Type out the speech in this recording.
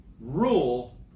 rule